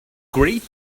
great